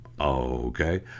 Okay